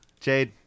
Jade